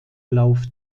lauf